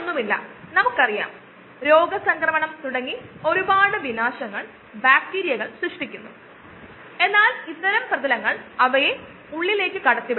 ഈ stirred tank റിയാക്ടറുകൾക് എല്ലാം തന്നെ ഒരു സ്റ്റിറർ അത് ബയോറിയാക്ടറിലെ വസ്തു ഇളക്കാൻ ഉപയോഗിക്കുന്നു അതുകൊണ്ടാണ് അതിനെ സ്റ്റിർഡ് ടാങ്ക് ബയോറിയാക്ടർ എന്ന് വിളിക്കുന്നത്